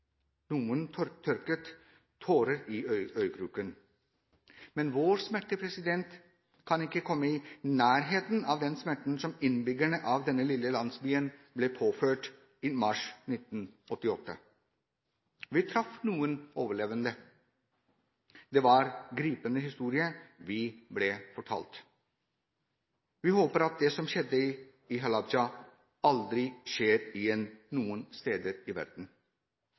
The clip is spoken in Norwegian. Noen tørket tårer i øyekroken. Men vår smerte kan ikke komme i nærheten av den smerten som innbyggerne av denne lille landsbyen ble påført i mars 1988. Vi traff noen overlevende. Det var gripende historie vi ble fortalt. Vi håper at det som skjedde i Halabja, aldri skjer igjen noen steder i verden.